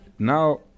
now